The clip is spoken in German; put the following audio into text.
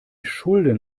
schulden